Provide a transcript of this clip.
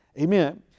Amen